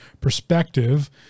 perspective